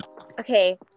okay